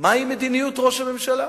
מהי מדיניות ראש הממשלה?